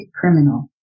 criminal